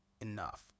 enough